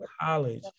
college